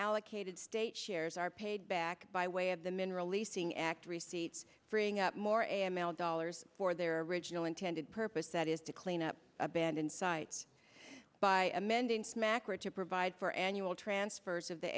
unallocated state shares are paid back by way of the mineral leasing act receipts freeing up more and mail dollars for their original intended purpose that is to clean up abandoned sites by amending smacker to provide for annual transfers of the